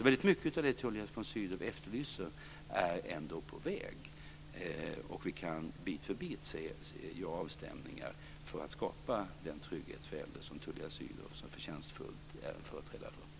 Väldigt mycket av det som Tullia von Sydow efterlyser är redan på gång. Vi kan steg för steg göra avstämningar för att skapa den trygghet för äldre som Tullia von Sydow så förtjänstfullt är företrädare för.